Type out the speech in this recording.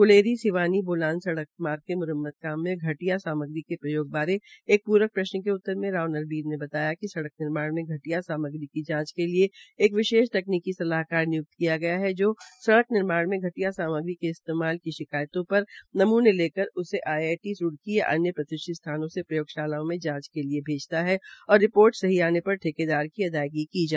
क्लेरी सिवानी बोलान सडक़ मार्ग के म्रम्मत कार्य में घटिया सामग्री के प्रयोग बारे एक प्रक प्रश्न के उत्तर में राव नरबीर ने कहा कि सडक़ निर्माण में घटिया सामग्री की जांच के लिए एक विशेष तकनीकि सलाहकार निय्क्ति किया गया है जो सडक़ निर्माण में घटिया सामग्री के इस्तेमाल की शिकायतों पर वह नमूने लेकर उसे आईआईटी रूडक़ी या अन्य प्रतिष्ठित संस्थानों की प्रयोगशालाओं में जांच के लिएभेजता हैं और वहां सही जाने पर ही ठेकेदार की अदायगी की जाती है